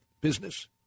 business